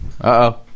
Uh-oh